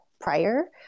prior